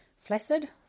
flaccid